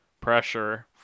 pressure